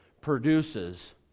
produces